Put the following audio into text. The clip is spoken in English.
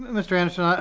mr. anderson,